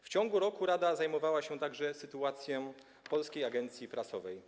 W ciągu tego roku rada zajmowała się także sytuacją Polskiej Agencji Prasowej.